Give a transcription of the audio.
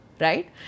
Right